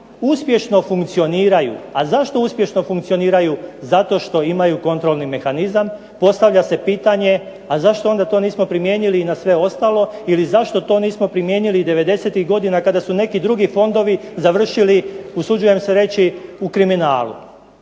uspješno funkcioniraju. A zašto uspješno funkcioniraju? Zato što imaju kontrolni mehanizam. Postavlja se pitanje, a zašto onda to nismo primijenili i na sve ostalo? Ili zašto to nismo primijenili '90-ih godina kada su neki drugi fondovi završili, usuđujem se reći, u kriminalu?